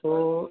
तो